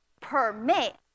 permit